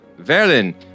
Verlin